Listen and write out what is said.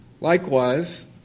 likewise